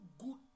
good